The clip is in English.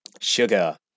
Sugar